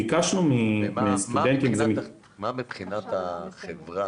מה מבחינת החברה,